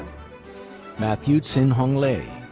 matthew hsinghung lei,